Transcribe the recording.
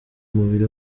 mubiri